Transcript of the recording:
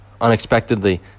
unexpectedly